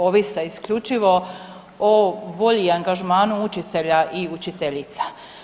Ovise isključivo o volji i angažmanu učitelja i učiteljica.